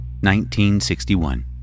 1961